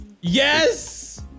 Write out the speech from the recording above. Yes